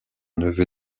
neveu